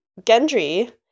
Gendry